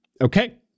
okay